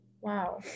wow